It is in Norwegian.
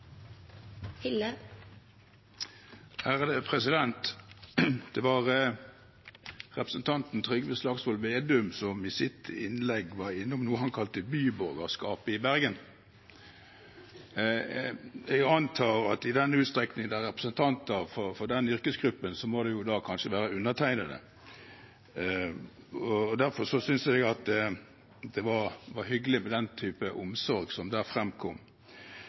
Det var representanten Trygve Slagsvold Vedum som i sitt innlegg var innom noe han kalte byborgerskapet i Bergen. Jeg antar at i den utstrekning det er representanter for den yrkesgruppen, må det kanskje være undertegnede. Derfor syntes jeg det var hyggelig med den type omsorg som der fremkom.